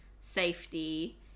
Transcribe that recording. safety